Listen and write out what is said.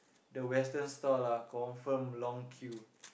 the western stall ah confirm long queue